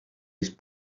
use